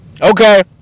okay